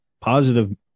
positive